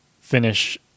finish